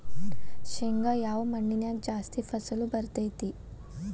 ಶೇಂಗಾ ಯಾವ ಮಣ್ಣಿನ್ಯಾಗ ಜಾಸ್ತಿ ಫಸಲು ಬರತೈತ್ರಿ?